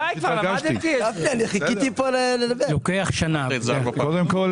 אמיר אוחנה, חברי, יושב-ראש הכנסת, קודם כול